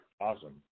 Awesome